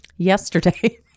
Yesterday